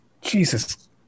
Jesus